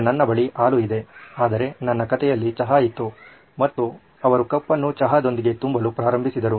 ಈಗ ನನ್ನ ಬಳಿ ಹಾಲು ಇದೆ ಆದರೆ ನನ್ನ ಕಥೆಯಲ್ಲಿ ಚಹಾ ಇತ್ತು ಮತ್ತು ಅವರು ಕಪ್ ನ್ನು ಚಹಾದೊಂದಿಗೆ ತುಂಬಲು ಪ್ರಾರಂಭಿಸಿದರು